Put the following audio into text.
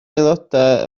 aelodau